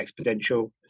exponential